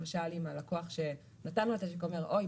למשל אם הלקוח שנתן לו את השיק אומר: אוי,